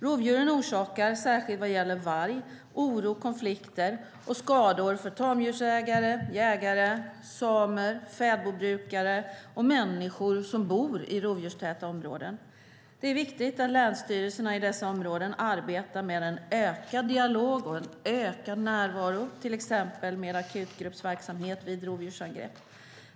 Rovdjuren orsakar, särskilt vad gäller varg, oro, konflikter och skador för tamdjursägare, jägare, samer, fäbodbrukare och människor som bor i rovdjurstäta områden. Det är viktigt att länsstyrelserna i dessa områden arbetar med en ökad dialog och närvaro, till exempel med akutgruppsverksamhet vid rovdjursangrepp.